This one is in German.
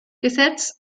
mit